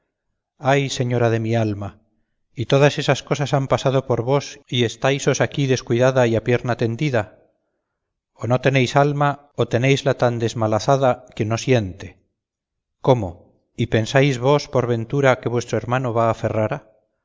ay señora de mi alma y todas esas cosas han pasado por vos y estáisos aquí descuidada y a pierna tendida o no tenéis alma o tenéisla tan desmazalada que no siente cómo y pensáis vos por ventura que vuestro hermano va a ferrara